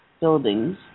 buildings